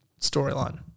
storyline